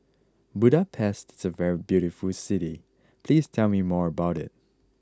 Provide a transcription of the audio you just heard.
Budapest is a very beautiful city please tell me more about it